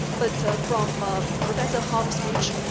but from ah professor hahm speech,